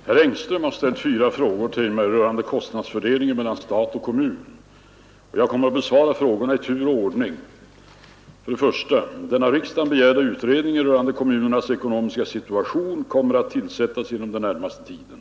Herr talman! Herr Engström har ställt fyra frågor till mig rörande kostnadsfördelningen mellan stat och kommun. Jag kommer att besvara frågorna i tur och ordning. 1. Den av riksdagen begärda utredningen rörande kommunernas ekonomiska situation kommer att tillsättas inom den närmaste tiden.